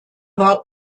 war